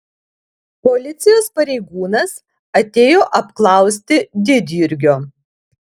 policijos pareigūnas atėjo apklausti didjurgio